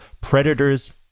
Predators